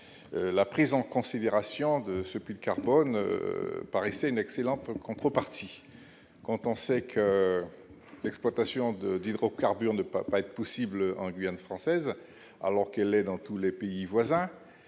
la prise en considération de ce puits de carbone, une excellente peu partie quand sait que l'exploitation de d'hydrocarbure ne peuvent pas être possible en Guyane française, alors qu'elle est dans tous les pays voisins,